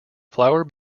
flower